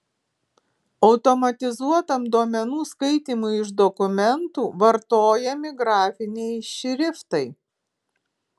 automatizuotam duomenų skaitymui iš dokumentų vartojami grafiniai šriftai